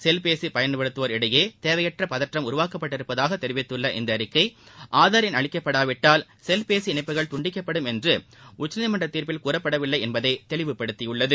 செல்பேசி பயன்படுத்துவோர் இடையே தேவையற்ற பதற்றம் உருவாக்கப்பட்டிருப்பதாக தெரிவித்துள்ள இந்த அறிக்கை ஆதார் எண் அளிக்கப்படாவிட்டால் செல்பேசி இணைப்புகள் துண்டிக்கப்படும் என்று உச்சநீதிமன்ற தீர்ப்பில் கூறப்படவில்லை என்பதை தெளிவுபடுத்தியுள்ளது